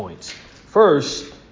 First